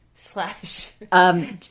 slash